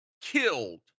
killed